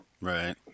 Right